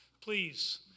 Please